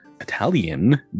Italian